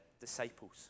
disciples